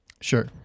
Sure